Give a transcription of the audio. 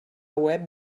web